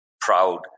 proud